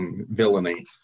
villainy